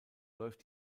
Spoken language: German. läuft